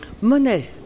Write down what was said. Monet